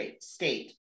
state